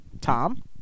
Tom